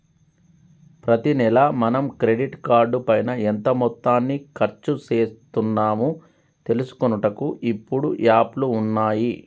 ప్రతి నెల మనం క్రెడిట్ కార్డు పైన ఎంత మొత్తాన్ని ఖర్చు చేస్తున్నాము తెలుసుకొనుటకు ఇప్పుడు యాప్లు ఉన్నాయి